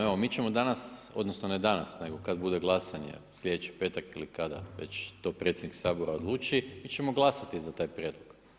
Evo mi ćemo danas odnosno ne danas nego kada bude glasanje sljedeći petak ili kada već to predsjednik Sabora odluči, mi ćemo glasati za taj prijedlog.